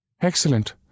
Excellent